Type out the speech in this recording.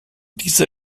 dieser